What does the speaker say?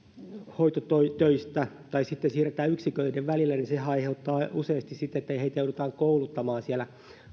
hoitotöistä tai siirretään yksiköiden välillä niin sehän aiheuttaa useasti sitten sen että heitä joudutaan kouluttamaan siellä